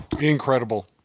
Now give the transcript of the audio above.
Incredible